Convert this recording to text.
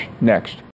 next